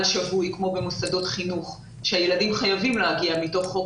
שבוי כמו במוסדות חינוך שהילדים חייבים להגיע מתוקף חוק